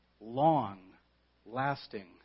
long-lasting